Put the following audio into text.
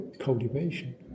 cultivation